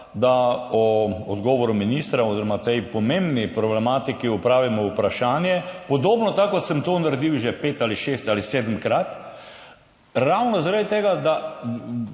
da o odgovoru ministra oziroma tej pomembni problematiki opravimo vprašanje, podobno tako kot sem to naredil že pet- ali šest- ali sedemkrat, ravno zaradi tega, da